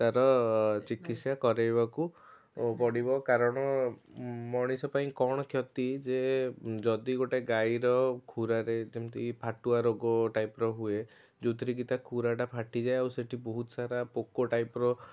ତାର ଚିକିତ୍ସା କରେଇବାକୁ ପଡ଼ିବ କାରଣ ମଣିଷ ପାଇଁ କ'ଣ କ୍ଷତି ଯେ ଯଦି ଗୋଟେ ଗାଈର ଖୁରାରେ ଯେମିତି ଫାଟୁଆ ରୋଗ ଟାଇପ୍ର ହୁଏ ଯେଉଁଥିରେ କି ତା ଖୁରାଟା ଫାଟିଯାଏ ଆଉ ସେଇଠି ବହୁତ ସାରା ପୋକ ଟାଇପ୍ର